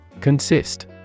Consist